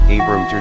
Abram